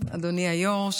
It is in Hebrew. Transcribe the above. אדוני היו"ר,